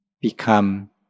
become